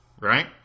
right